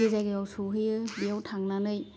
अबे जायगायाव सहैयो बेयाव थांनानै